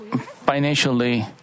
financially